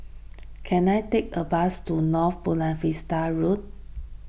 can I take a bus to North Buona Vista Road